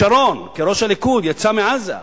שרון כראש הליכוד יצא מעזה,